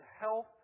health